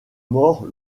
mort